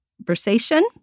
conversation